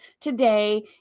today